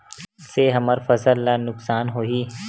से हमर फसल ला नुकसान होही?